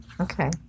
Okay